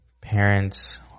parents